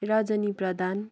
रजनी प्रधान